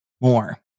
more